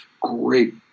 great